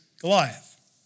Goliath